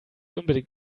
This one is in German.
unbedingt